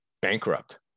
bankrupt